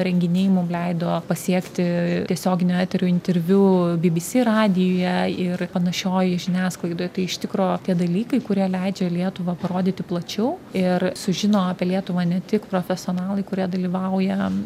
renginiai mum leido pasiekti tiesioginio eterio interviu by by sy radijuje ir panašioj žiniasklaidoj tai iš tikro tie dalykai kurie leidžia lietuvą parodyti plačiau ir sužino apie lietuvą ne tik profesionalai kurie dalyvauja